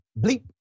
Bleep